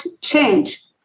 change